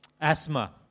asthma